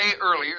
earlier